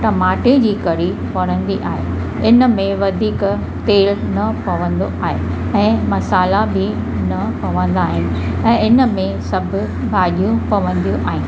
टमाटे जी कढ़ी वणंदी आहे हिन में तेलु वधीक न पवंदो आहे ऐं मसाल्हा बि न पवंदा आहिनि ऐं हिनमें सभु भाॼियूं पवंदियूं आहिनि